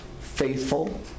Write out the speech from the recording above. faithful